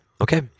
Okay